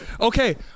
Okay